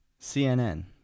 CNN